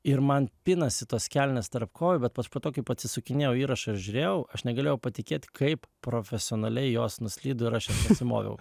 ir man pinasi tos kelnės tarp kojų bet aš po to kaip atsisukinėjau įrašą ir žiūrėjau aš negalėjau patikėt kaip profesionaliai jos nuslydo ir aš nusimoviau